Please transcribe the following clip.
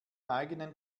eigenen